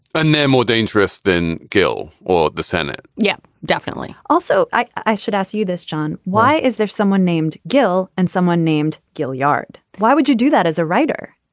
and they're more dangerous than gill or the senate yeah definitely. also i should ask you this jon. why is there someone named gil and someone named gil yard. why would you do that as a writer